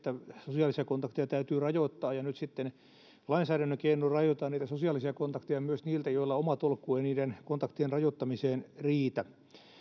sosiaalisia kontakteja täytyy rajoittaa ja nyt sitten lainsäädännön keinoin rajoitetaan niitä sosiaalisia kontakteja myös niiltä joilla oma tolkku ei niiden kontaktien rajoittamiseen riitä